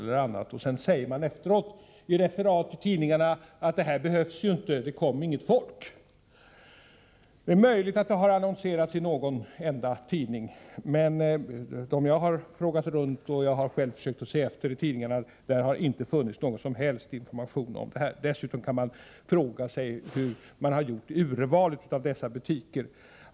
Sedan säger man efteråt i referat i tidningarna att kvällsöppet inte behövs eftersom det inte kom några kunder. Det är möjligt att det har annonserats i någon tidning, men jag har frågat och jag har själv försökt se efter i tidningarna, och har inte funnit någon som helst information om kvällsöppet. Dessutom kan man fråga sig hur man har gjort urvalet av dessa butiker.